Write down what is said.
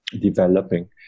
developing